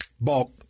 bulk